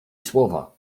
słowa